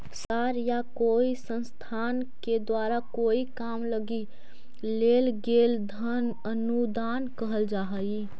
सरकार या कोई संस्थान के द्वारा कोई काम लगी देल गेल धन अनुदान कहल जा हई